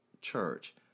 church